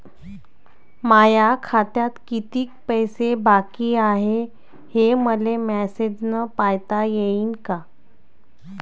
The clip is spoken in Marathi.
माया खात्यात कितीक पैसे बाकी हाय, हे मले मॅसेजन पायता येईन का?